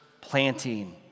planting